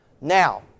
Now